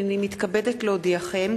הנני מתכבדת להודיעכם,